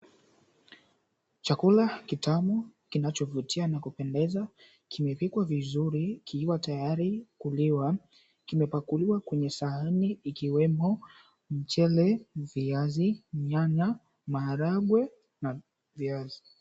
Chakula kitamu kinachovutia na kupendeza kimepikwa vizuri kikiwa tayari kuliwa. Kimepakuliwa kwenye sahani ikiwemo mchele, viazi, nyanya, maharagwe na viazi.